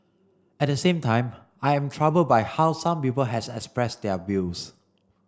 at the same time I am troubled by how some people has expressed their views